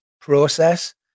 process